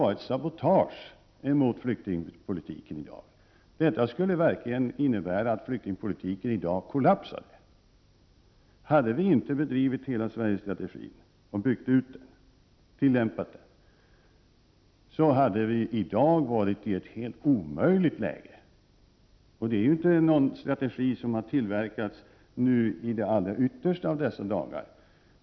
Det är ett sabotage mot flyktingpolitiken i Sverige i dag, och det skulle 21 november 1988 innebära att flyktingpolitiken i dag skulle kollapsa. Hade vi inte byggt utoch ZZGG—- tillämpat Hela-Sverige-strategin hade vi i dag varit i ett omöjligt läge. Denna strategi har inte skapats under de yttersta av dessa dagar.